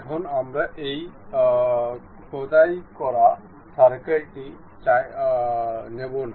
এখন আমরা এই খোদাই করা সার্কেলটি চাই না